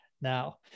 now